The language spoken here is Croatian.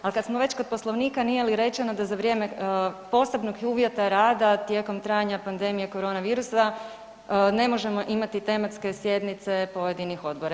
Ali kada smo već kod Poslovnika nije li rečeno da za vrijeme posebnog uvjeta rada tijekom rada pandemije korona virusa ne možemo imati tematske sjednice pojedinih odbora.